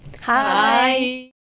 Hi